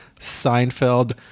Seinfeld